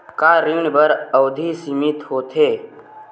का ऋण बर अवधि सीमित होथे?